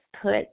put